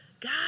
God